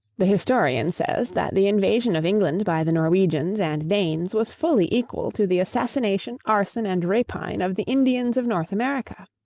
the historian says that the invasion of england by the norwegians and danes was fully equal to the assassination, arson, and rapine of the indians of north america.